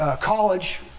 college